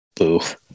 Oof